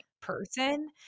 person